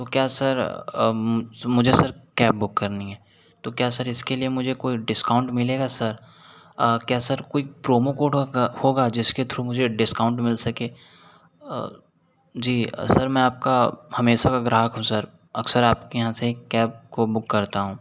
तो क्या सर मुझे सर कैब बुक करनी है तो क्या सर इसके लिए मुझे कोई डिस्काउंट मिलेगा सर क्या सर कोई प्रोमोकोड होगा जिसके थ्रू मुझे डिस्काउंट मिल सके जी सर मैं आपका हमेशा का ग्राहक हूँ सर अक्सर आपके यहाँ से कैब को बुक करता हूँ